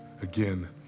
again